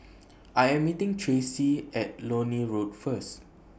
I Am meeting Tracy At Lornie Road First